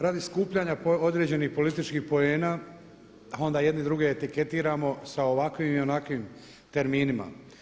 Radi skupljanja određenih političkih poena, onda jedni druge etiketiramo sa ovakvim i onakvim terminima.